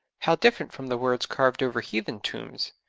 how different from the words carved over heathen tombs!